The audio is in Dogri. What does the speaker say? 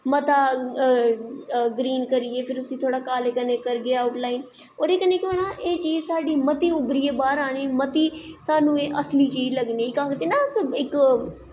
मता ग्रीन करियै फिर अस काले कन्नै करगे अऊट लाईन ओह्दे कन्नै केह् होना एह् चीज़ साढ़ी मती उब्बरिये बाह्र आनी मती साह्नू असली चीज़ लग्गनी आखदे ना इक